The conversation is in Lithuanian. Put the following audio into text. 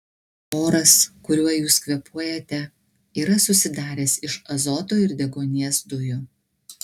oras kuriuo jūs kvėpuojate yra susidaręs iš azoto ir deguonies dujų